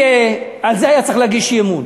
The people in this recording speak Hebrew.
על זה היה צריך להגיש אי-אמון.